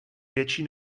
větší